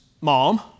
mom